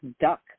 duck